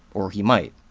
or he might.